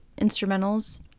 instrumentals